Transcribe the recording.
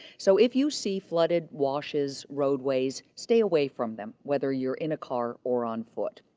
so if you see flooded washes, roadways, stay away from them, whether you're in a car or on foot.